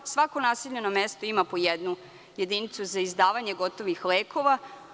Svako naseljeno mesto ima po jednu jedinicu za izdavanje gotovih lekova.